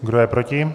Kdo je proti?